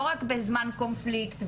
לא רק בזמן קונפליקט,